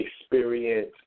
experience